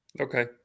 Okay